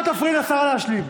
את לא תפריעי לשרה להשלים.